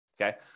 okay